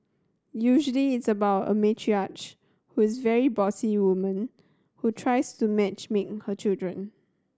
usually it's about a matriarch with very bossy woman who tries to match make her children